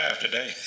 today